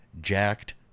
jacked